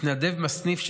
מתנדב בסניף,